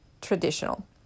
traditional